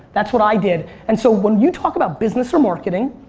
that's what i did and so when you talk about business or marketing,